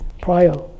prior